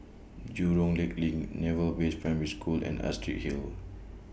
Jurong Lake LINK Naval Base Primary School and Astrid Hill